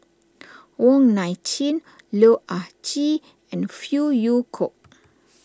Wong Nai Chin Loh Ah Chee and Phey Yew Kok